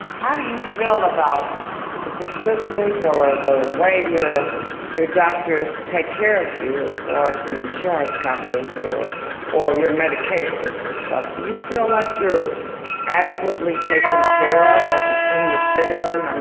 how do you feel about the prescriptions or the way your your doctors take care of you as far as the insurance companies or or your medications and stuff? do you feel like you're adequately taken care of as a senior citizen?